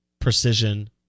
precision